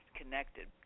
connected